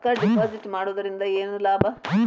ರೊಕ್ಕ ಡಿಪಾಸಿಟ್ ಮಾಡುವುದರಿಂದ ಏನ್ ಲಾಭ?